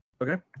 Okay